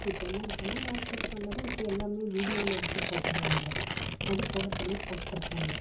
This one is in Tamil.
இப்போ என்னென்னு சொன்னால் வாட்ஸப் காலில் தான் இப்போ எல்லாம் வீடியோவில் எடுத்து போட்டுடுறாங்க அது போட்டப்படியே போட்டுருக்காங்க